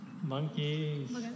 Monkeys